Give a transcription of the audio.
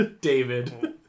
david